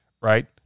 right